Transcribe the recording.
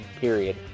period